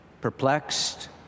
Perplexed